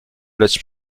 lecz